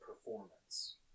performance